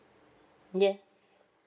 yes